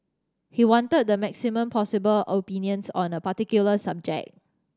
he wanted the maximum possible opinions on a particular subject